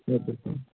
okay sir